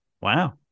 Wow